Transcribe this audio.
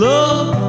Love